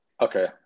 Okay